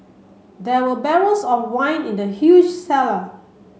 there were barrels of wine in the huge cellar